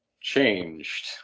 changed